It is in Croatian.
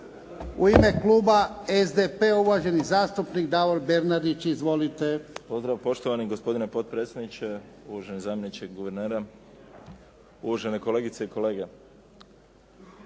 U ime kluba SDP-a uvaženi zastupnik Davor Bernardić. Izvolite. **Bernardić, Davor (SDP)** Pozdrav, poštovani gospodine potpredsjedniče. Uvaženi zamjeniče guvernera. Uvažene kolegice i kolege.